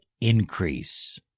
increase